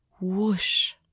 whoosh